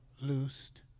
loosed